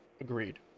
Agreed